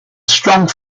strong